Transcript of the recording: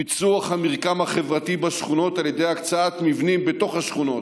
פיצוח המרקם החברתי בשכונות על ידי הקצאת מבנים בתוך השכונות